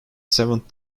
seventh